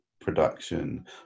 production